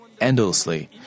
endlessly